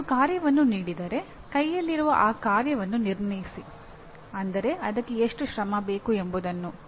ನಿಮಗೆ ಒಂದು ಕಾರ್ಯವನ್ನು ನೀಡಿದರೆ ಕೈಯಲ್ಲಿರುವ ಆ ಕಾರ್ಯವನ್ನು ನಿರ್ಣಯಿಸಿ ಅಂದರೆ ಅದಕ್ಕೆ ಎಷ್ಟು ಶ್ರಮ ಬೇಕು ಎಂಬುದನ್ನು